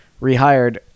rehired